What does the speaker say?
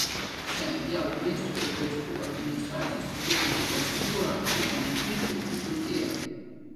šią jav maisto ir vaistų administracijos patvirtintą procedūrą atliekančių gydytojų vis daugėja